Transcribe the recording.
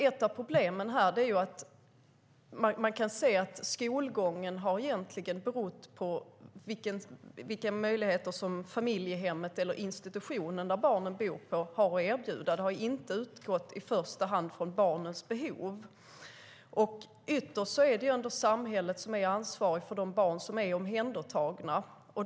Ett av problemen är att skolgången är beroende av vilka möjligheter familjehemmet eller institutionen där barnen bor har att erbjuda. Det har inte utgått i första hand från barnens behov. Ytterst är samhället ändå ansvarigt för de barn som är omhändertagna.